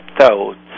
thoughts